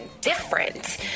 different